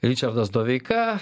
ričardas doveika